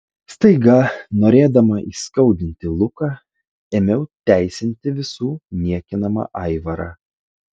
staiga norėdama įskaudinti luką ėmiau teisinti visų niekinamą aivarą